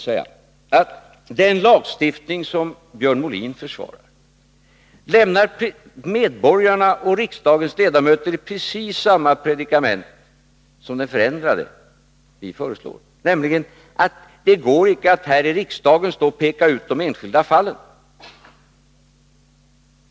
Den lagstiftning som Björn Molin försvarar lämnar medborgarna och riksdagens ledamöter i precis samma predikament som den förändrade lagstiftning som vi föreslår. Det går nämligen inte att här i riksdagen peka ut de enskilda fallen.